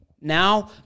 Now